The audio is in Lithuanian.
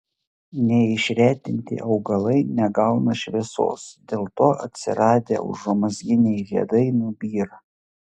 neišretinti augalai negauna šviesos dėl to atsiradę užuomazginiai žiedai nubyra